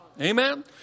Amen